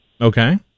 Okay